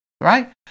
right